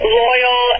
loyal